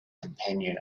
companion